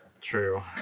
True